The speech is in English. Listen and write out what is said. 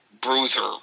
bruiser